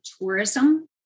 tourism